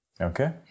Okay